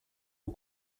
aux